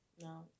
no